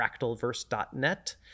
fractalverse.net